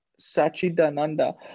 Sachidananda